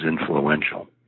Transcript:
influential